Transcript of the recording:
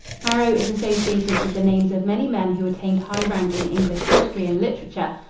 harrow is associated with the names of many men who attained high rank in english history and literature,